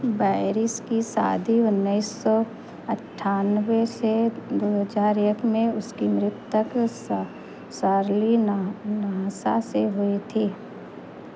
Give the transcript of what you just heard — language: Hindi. बैरिस की शादी उन्नीस सौ अठानबे से दो हजार एक में उसकी मृतक शर्ली नहासा से हुई थी